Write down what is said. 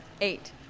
eight